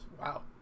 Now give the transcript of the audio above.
Wow